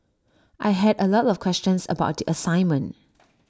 I had A lot of questions about the assignment